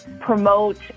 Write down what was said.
promote